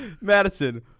Madison